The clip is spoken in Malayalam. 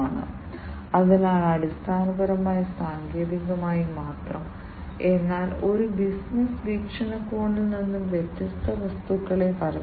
താപനില ഈർപ്പം വെളിച്ചം മർദ്ദം തുടങ്ങിയ ഒന്നിലധികം പാരാമീറ്ററുകൾ മനസ്സിലാക്കുന്നതിനെക്കുറിച്ചാണ് ഞാൻ മുമ്പ് നിങ്ങളോട് പറഞ്ഞ മൾട്ടി സെൻസിംഗ്